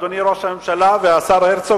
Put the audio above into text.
אדוני ראש הממשלה והשר הרצוג,